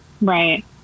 Right